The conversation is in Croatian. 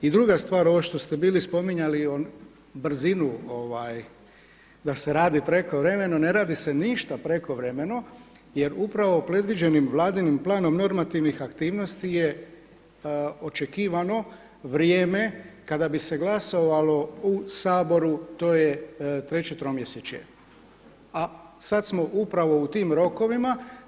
I druga stvar ovo što ste bili spominjali brzinu da se radi prekovremeno, ne radi se ništa prekovremeno jer upravo predviđenim Vladinim planom normativnih aktivnosti je očekivano vrijeme kada bi se glasovalo u Saboru, to je 3. tromjesečje a sada smo upravo u tim rokovima.